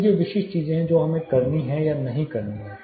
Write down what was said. तो ये विशिष्ट चीजें हैं जो हमें करनी है या नहीं करनी है